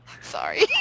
Sorry